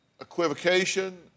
equivocation